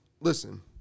listen